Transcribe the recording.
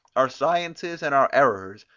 our sciences and our errors,